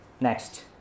Next